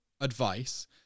advice